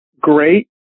great